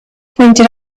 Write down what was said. pointed